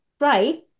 Right